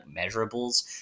measurables